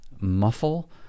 muffle